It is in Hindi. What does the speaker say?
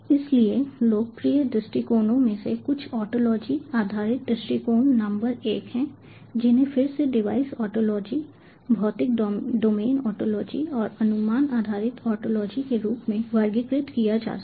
इसलिए लोकप्रिय दृष्टिकोणों में से कुछ ओंटोलोजी आधारित दृष्टिकोण नंबर एक हैं जिन्हें फिर से डिवाइस ओंटोलॉजी भौतिक डोमेन ओंटोलॉजी और अनुमान आधारित ओंटोलॉजी के रूप में वर्गीकृत किया जा सकता है